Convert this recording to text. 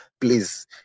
please